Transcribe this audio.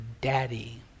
daddy